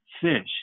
fish